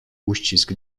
uścisk